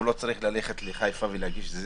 לא צריך ללכת לחיפה ולהגיש.